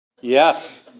Yes